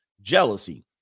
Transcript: jealousy